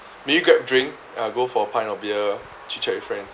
maybe grab drink uh go for a pint of beer chit chat with friends